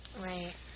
Right